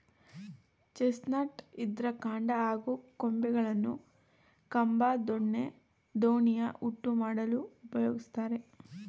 chestnut ಇದ್ರ ಕಾಂಡ ಹಾಗೂ ಕೊಂಬೆಗಳನ್ನು ಕಂಬ ದೊಣ್ಣೆ ದೋಣಿಯ ಹುಟ್ಟು ಮಾಡಲು ಉಪಯೋಗಿಸ್ತಾರೆ